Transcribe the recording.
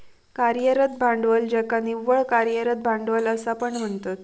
कार्यरत भांडवल ज्याका निव्वळ कार्यरत भांडवल असा पण म्हणतत